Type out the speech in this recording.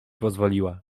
pozwoliła